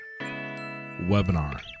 Webinar